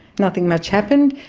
nothing much happened.